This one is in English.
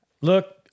Look